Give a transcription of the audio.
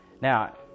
Now